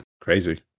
crazy